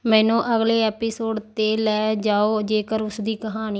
ਮੈਨੂੰ ਅਗਲੇ ਐਪੀਸੋਡ 'ਤੇ ਲੈ ਜਾਓ ਜੇਕਰ ਉਸ ਦੀ ਕਹਾਣੀ